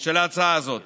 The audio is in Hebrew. של ההצעה הזאת